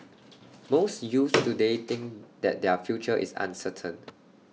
most youths today think that their future is uncertain